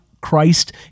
Christ